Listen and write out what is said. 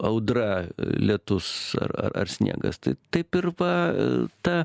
audra lietus ar ar ar sniegas tai taip ir va ta